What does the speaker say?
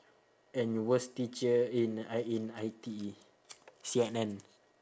and your worst teacher in I in I_T_E C_N_N